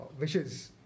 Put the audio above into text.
wishes